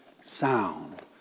sound